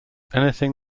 anything